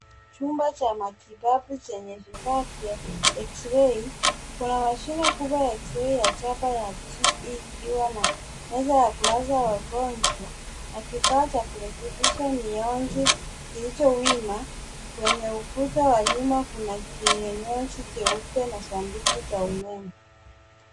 Chumba cha matibabu chenye vifaa vya xray. Kuna mashine kubwa ya xray ya chapa ya GE ikiwa na meza ya kulaza wagonjwa, na kifaa cha kurekebisha mionzi kilicho wima. Kwenye ukuta wa nyuma kuna kinyonzi cheupe na sanduku cha umeme.